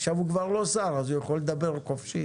עכשיו הוא כבר לא שר, אז הוא יכול לדבר חופשי.